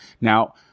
now